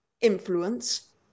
influence